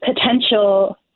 potential